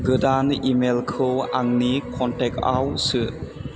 गोदान इमैलखौ आंनि कन्टेक्टआव सो